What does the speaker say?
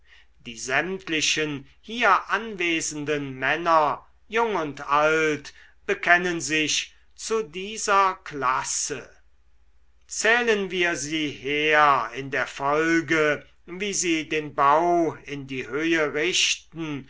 die sämtlichen hier anwesenden männer jung und alt bekennen sich zu dieser klasse zählen wir sie her in der folge wie sie den bau in die höhe richten